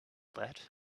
that